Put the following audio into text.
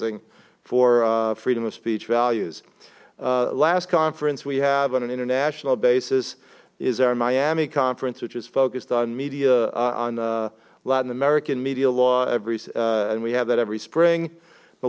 ing for freedom of speech values last conference we have on an international basis is our miami conference which is focused on media on a latin american media law every stand we have that every spring the